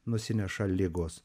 nusineša ligos